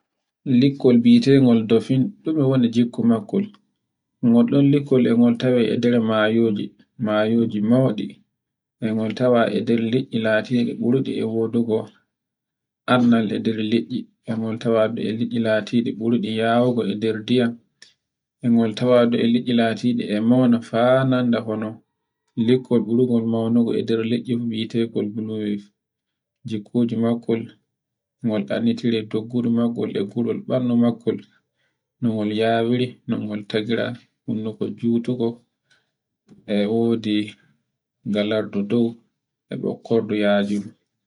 likkol bi'etekol dolphin, ɗume woni gikku makkol. Ngol ɗon likko e kol tawe e nder mayoji, mayoji mauɗi. E ngol tawa e nder liɗɗi latiɗi ɓurdi e wodugo anndal e nder liɗɗi, nde bo tawa leɗɗi latiɗi ɓurɗi yawugo e nder diyam. E ngol tawa e nder liɗɗi latiɗi e nder mauna fa nonda e non, likkol ɓurngol maunugo e nder liɗɗi bi'etekol bunuwif. jikkuji makkol nkol annditire e doggudu e durol maggol ɓandu makkol no woni yawuri, no ngol ta'ira, non kol jutuko, e wodi ngalarga ndu e ɓokkordu yajundu.